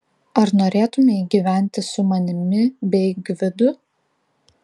ar norėtumei gyventi su manimi bei gvidu